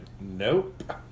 Nope